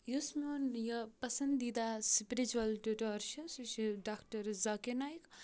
یُس میون یہِ پَسنٛدیٖدہ سِپرِچوَل ٹیوٗٹر چھُ سُہ چھِ ڈاکٹر ذاکر نایک